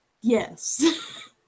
Yes